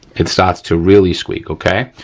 it starts to really squeak, okay?